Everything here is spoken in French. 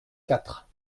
quatre